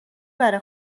بره